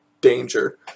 danger